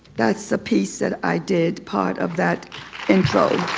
that's the piece that i did. part of that intro.